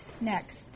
next